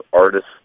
artists